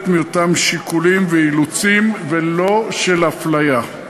של אותם שיקולים ואילוצים ולא של אפליה.